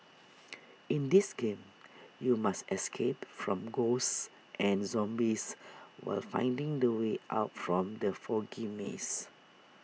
in this game you must escape from ghosts and zombies while finding the way out from the foggy maze